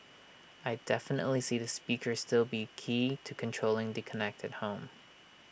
I definitely see the speaker still be key to controlling the connected home